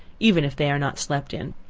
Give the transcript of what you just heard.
even if they are not slept in.